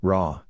Raw